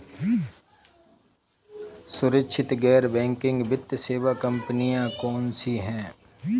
सुरक्षित गैर बैंकिंग वित्त सेवा कंपनियां कौनसी हैं?